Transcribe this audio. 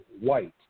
white